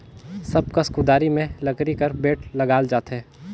सब कस कुदारी मे लकरी कर बेठ लगाल जाथे